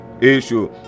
issue